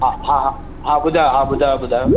हा हा हा ॿुधायो हा ॿुधायो ॿुधायो